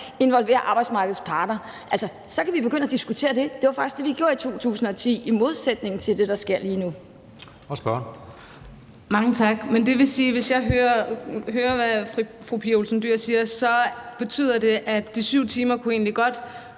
folk og arbejdsmarkedets parter? Så kan vi begynde at diskutere det. Det var faktisk det, vi gjorde i 2010, i modsætning til det, der sker lige nu.